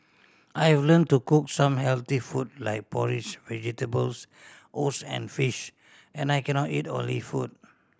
I have learn to cook some healthy food like porridge vegetables oats and fish and I cannot eat oily food